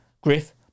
Griff